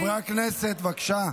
חברי הכנסת, בבקשה.